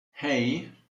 hei